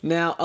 Now